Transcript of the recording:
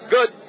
Good